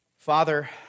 Father